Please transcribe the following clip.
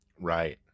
right